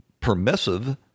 permissive